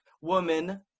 woman